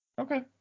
Okay